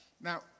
Now